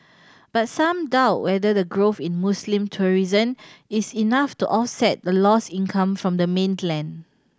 but some doubt whether the growth in Muslim tourism is enough to offset the lost income from the mainland